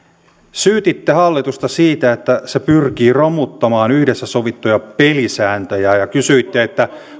syytitte hallitusta siitä että se pyrkii romuttamaan yhdessä sovittuja pelisääntöjä ja ja kysyitte